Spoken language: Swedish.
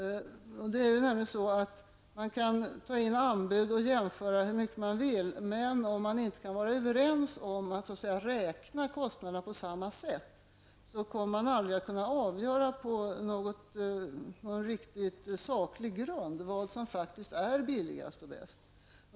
Man kan ta in anbud och jämföra hur mycket man vill, men om man inte är överens om att räkna kostnaderna på samma sätt kommer man aldrig att kunna avgöra på någon riktigt saklig grund vad som faktiskt är billigast och bäst.